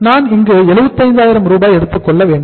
நான் இங்கு 75000 ரூபாய் எடுத்துக் கொள்ள வேண்டும்